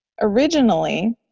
Originally